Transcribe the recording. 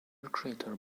crater